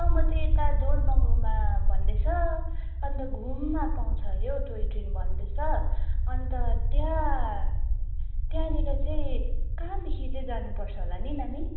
म त यता जोरबङ्गलोमा भन्दैछ अन्त घुममा पाउँछ अरे हौ टोइ ट्रोन भन्दैछ अन्त त्यहाँ त्यहाँनिर चाहिँ कहाँदेखि चाहिँ जानुपर्छ होला नि नानी